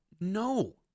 no